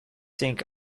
think